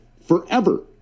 forever